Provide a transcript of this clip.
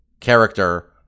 character